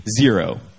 zero